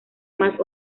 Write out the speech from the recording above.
más